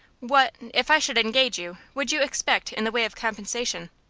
what if i should engage you would you expect in the way of compensation?